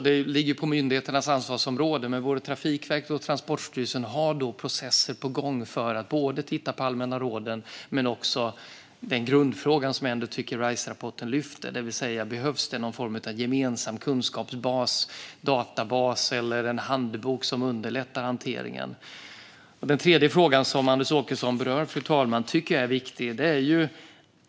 Det ligger på myndigheternas ansvarsområde, men både Trafikverket och Transportstyrelsen har processer på gång för att titta på såväl de allmänna som den grundfråga som jag ändå tycker att Riserapporten lyfter: Behövs det någon form av gemensam kunskapsbas, databas eller handbok som underlättar hanteringen? Den tredje frågan som Anders Åkesson berör, fru talman, tycker jag är viktig.